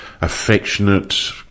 affectionate